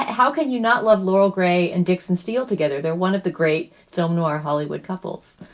how can you not love laurel gray and dixon steel together? they're one of the great film noir hollywood couples